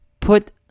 put